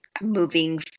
moving